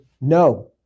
no